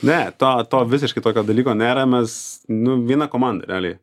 ne tą to visiškai tokio dalyko nėra nes nu viena komanda realiai